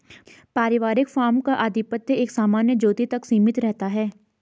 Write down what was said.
पारिवारिक फार्म का आधिपत्य एक सामान्य ज्योति तक सीमित रहता है